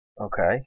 Okay